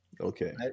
Okay